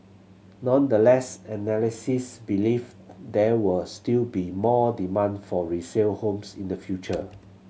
nonetheless analysts believe there will still be more demand for resale homes in the future